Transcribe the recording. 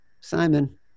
Simon